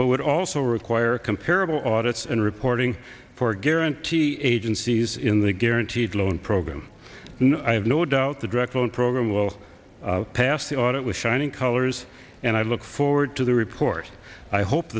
but would also require comparable audits and reporting for guarantee agencies in the guaranteed loan program i have no doubt the direct loan program will pass the audit was shining colors and i look forward to the report i hope